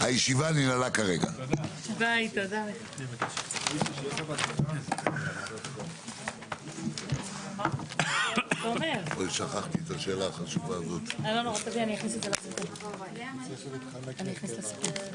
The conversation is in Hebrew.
הישיבה ננעלה בשעה 14:32.